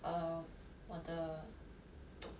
err 我的